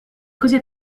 così